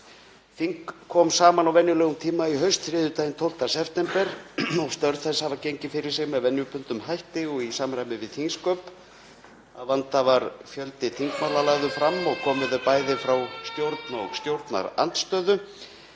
Þing kom saman á venjulegum tíma í haust, þriðjudaginn 12. september. Störf þess hafa gengið fyrir sig með venjubundnum hætti og í samræmi við þingsköp. Að vanda var fjöldi þingmála lagður fram og komu þau bæði frá stjórn og stjórnarandstöðu.